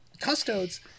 Custodes